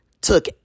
took